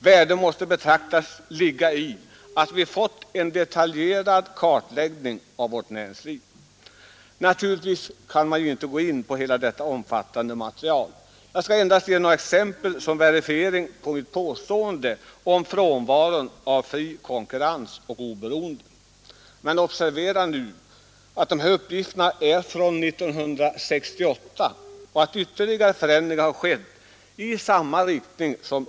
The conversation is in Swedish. Värdet måste anses ligga i att vi fått en detaljerad kartläggning av vårt näringsliv. 48 Naturligtvis kan man inte gå in på detta omfattande material i detalj. Torsdagen den dessa uppgifter är från 1968 och att ytterligare förändringar har skett i 14 december 1972 samma riktning som under 1960-talet. Jag skall endast ge några exempel som verifierar mitt påstående om frånvaron av fri konkurrens och oberoende.